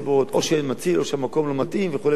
או שאין מציל או שהמקום לא מתאים וכו' וכו'.